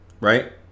Right